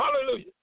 Hallelujah